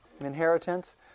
inheritance